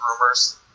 rumors